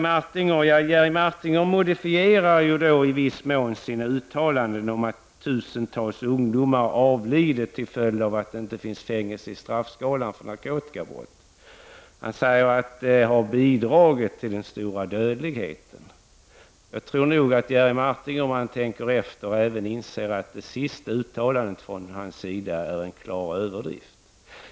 Jerry Martinger modifierar i viss mån sitt uttalande om att tusentals ungdomar har avlidit till följd av att fängelse inte ingår i straffskalan för narkotikabrott. Han säger alltså att detta har bidragit till den stora dödligheten i narkotikasammanhang. Men om Jerry Martinger tänker efter, inser han nog att det senaste uttalandet från hans sida är en klar överdrift.